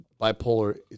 bipolar